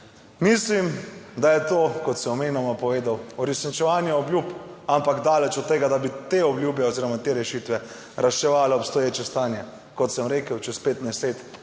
Mislim, da je to, kot sem namenoma povedal, uresničevanje obljub, ampak daleč od tega, da bi te obljube oziroma te rešitve reševale obstoječe stanje. Kot sem rekel, čez 15 let,